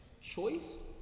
Choice